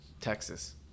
Texas